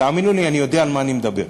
תאמינו לי, אני יודע מה אני מדבר.